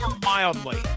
mildly